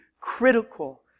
critical